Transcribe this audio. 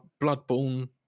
Bloodborne